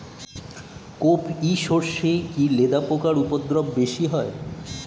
কোপ ই সরষে কি লেদা পোকার উপদ্রব বেশি হয়?